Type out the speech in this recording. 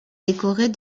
décorée